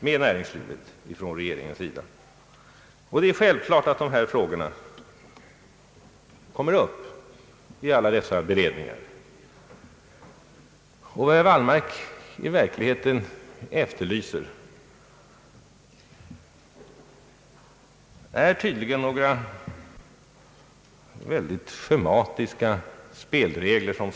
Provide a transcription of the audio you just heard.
Det är självklart att de frågor som herr Wallmark aktualiserat kommer upp till diskussion i alla beredningar av detta slag. Vad herr Wallmark i verkligheten efterlyser är tydligen några mycket schematiska spelregler.